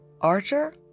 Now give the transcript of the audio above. Archer